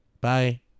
Bye